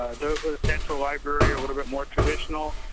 ah they'll go to central library. a little bit more traditional.